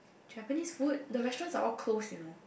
Japanese food the restaurants are all close you know